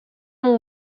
amb